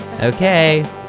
Okay